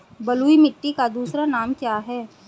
बलुई मिट्टी का दूसरा नाम क्या है?